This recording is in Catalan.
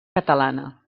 catalana